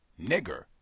nigger